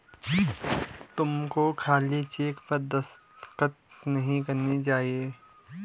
तुमको खाली चेक पर दस्तखत नहीं करने चाहिए